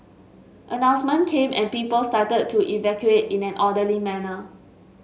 announcement came and people started to evacuate in an orderly manner